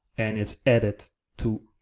and it's added to